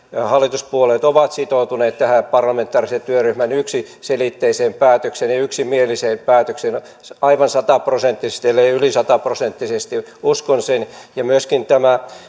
hallituspuolueet ovat sitoutuneet tähän parlamentaarisen työryhmän yksiselitteiseen ja yksimieliseen päätökseen aivan sata prosenttisesti elleivät yli sata prosenttisesti uskon sen ja uskon myöskin että tämä